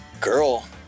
girl